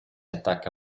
attacca